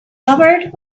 covered